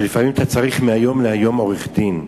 שאתה צריך לפעמים מהיום להיום עורך-דין,